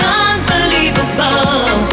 unbelievable